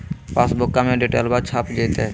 पासबुका में डिटेल्बा छप जयते?